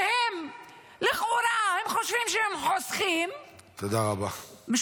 שהם חושבים שהם חוסכים, לכאורה -- תודה רבה.